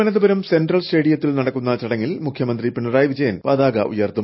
Thiruvananthapuram central സ്റ്റേഡിയത്തിൽ നടക്കുന്ന ചടങ്ങിൽ മുഖ്യമന്ത്രി പിണറായി വിജയൻ പതാക ഉയർത്തും